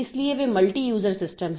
इसलिए वे multi user system हैं